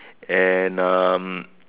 and um